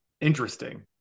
interesting